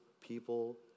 people